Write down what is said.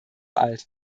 alt